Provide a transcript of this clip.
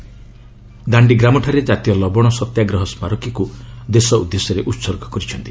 ଦାଣ୍ଡିଗ୍ରାମଠାରେ କାତୀୟ ଲବଣ ସତ୍ୟାଗ୍ରହ ସ୍କାରକୀକୁ ଦେଶ ଉଦ୍ଦେଶ୍ୟରେ ଉତ୍ସର୍ଗ କରିଛନ୍ତି